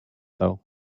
though